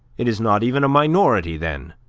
it is not even a minority then